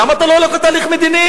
למה אתה לא הולך לתהליך מדיני?